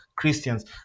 Christians